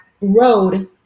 road